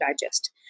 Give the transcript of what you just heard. digest